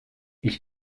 ich